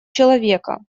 человека